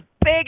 big